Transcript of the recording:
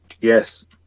Yes